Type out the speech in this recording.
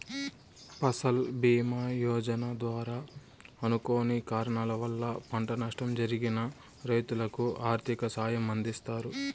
ఫసల్ భీమ యోజన ద్వారా అనుకోని కారణాల వల్ల పంట నష్టం జరిగిన రైతులకు ఆర్థిక సాయం అందిస్తారు